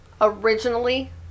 originally